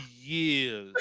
years